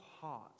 heart